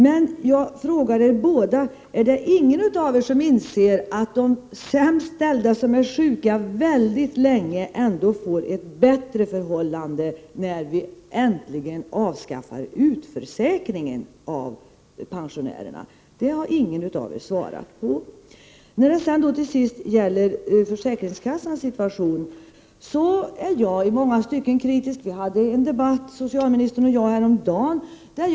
Jag vill fråga er båda: Är det ingen av er som inser att de sämst ställda som är sjuka väldigt länge ändå får det bättre när vi äntligen avskaffar utförsäkringen av pensionärerna? Det har ingen av er svarat på. När det till sist gäller försäkringskassans situation vill jag säga att jag i många stycken är kritisk. Socialministern och jag hade en debatt om det häromdagen.